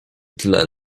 tle